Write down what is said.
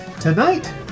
Tonight